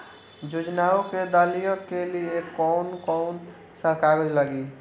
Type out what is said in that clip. योजनाओ के दाखिले के लिए कौउन कौउन सा कागज लगेला?